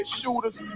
shooters